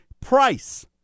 Price